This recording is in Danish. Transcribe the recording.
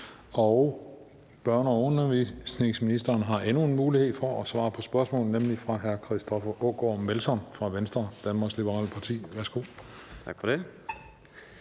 Børne- og undervisningsministeren har endnu en mulighed for at svare på spørgsmål, nemlig fra hr. Christoffer Aagaard Melson fra Venstre, Danmarks Liberale Parti. Kl. 18:35 Spm.